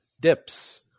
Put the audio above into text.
dips